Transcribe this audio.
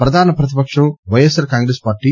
ప్రధాన ప్రతిపక్షం YSR Congress party